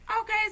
Okay